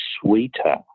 sweeter